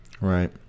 right